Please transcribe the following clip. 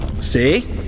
See